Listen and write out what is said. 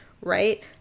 right